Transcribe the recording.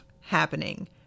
happening